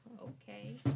Okay